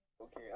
okay